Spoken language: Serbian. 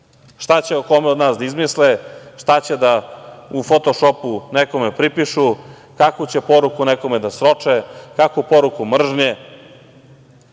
Šta će o kome od nas da izmisle, šta će da u fotošopu nekome pripišu, kakvu će poruku nekome da sroče, kakvu poruku mržnje,